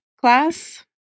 class